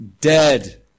Dead